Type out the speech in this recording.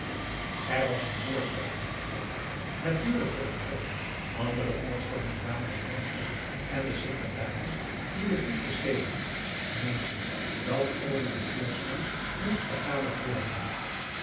er was een voorstel ingekomen natuurlijk voor een pretje andere voorstellen kwamen er nooit in en de secretaris die den brief geschreven had meende dat over dit voorstel moest vergaderd worden